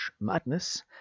Madness